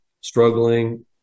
struggling